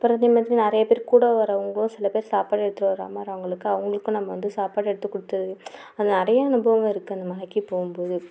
அப்புறம் இதே மாதிரி நிறையா பேரு கூட வரவங்க சில பேரு சாப்பாடு எடுத்துட்டு வராமல் வரவங்களுக்கு அவங்குளுக்கும் நம்ம வந்து சாப்பாடு எடுத்து குடுத்து நிறையா அனுபவம் இருக்குது அந்த மலைக்கு போகும்போது